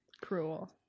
Cruel